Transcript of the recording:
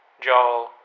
Joel